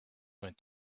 went